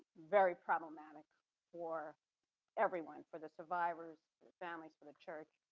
very problematic for everyone, for the survivors, for the families, for the church.